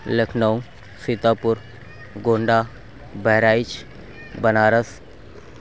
Lucknow Sitapur Gonda Bahraich Banaras